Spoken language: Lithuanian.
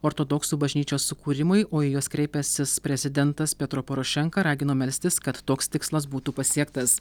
ortodoksų bažnyčios sukūrimui o į juos kreipęsis prezidentas petro porošenka ragino melstis kad toks tikslas būtų pasiektas